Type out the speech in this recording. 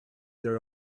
their